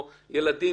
או ילדים